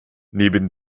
neben